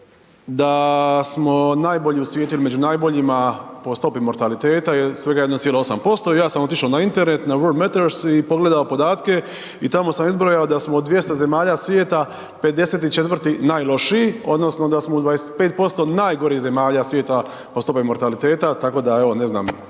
da smo najbolji u svijetu ili među najboljima po stopi mortaliteta, svega 1,8%. Ja sam otišao na internet na Worldmeters i pogledao podatke i tamo sam izbrojao da smo od 200 zemalja svijeta 54. najlošiji, odnosno da smo u 25% najgorih zemalja svijeta po stopi mortaliteta, tako da evo, ne znam,